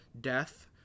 death